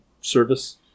service